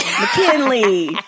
McKinley